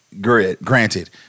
Granted